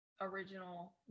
original